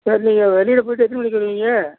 சரி நீங்கள் வெளியில் போயிட்டு எத்தினை மணிக்கு வருவீங்க